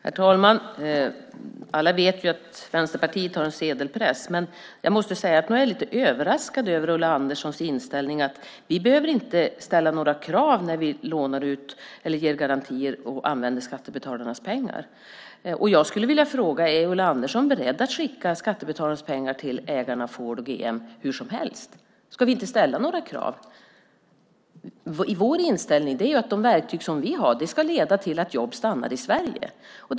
Herr talman! Alla vet ju att Vänsterpartiet har en sedelpress, men jag är lite överraskad över Ulla Anderssons inställning att vi inte behöver ställa några krav när vi ger garantier och använder skattebetalarnas pengar. Jag skulle vilja fråga om Ulla Andersson är beredd att skicka skattebetalarnas pengar hur som helst till ägarna Ford och GM? Ska vi inte ställa några krav? Vår inställning är att de verktyg som vi har ska leda till att jobb stannar i Sverige.